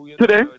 today